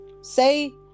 say